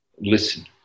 listen